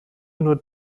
nur